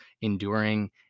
enduring